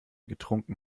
getrunken